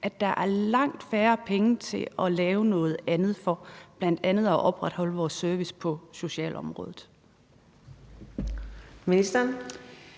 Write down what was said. at der er langt færre penge til at lave noget andet for, bl.a. at opretholde vores service på socialområdet.